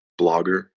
blogger